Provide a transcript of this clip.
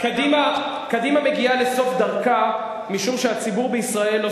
קדימה מגיעה לסוף דרכה משום שהציבור בישראל לא